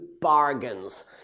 bargains